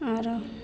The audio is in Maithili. आओर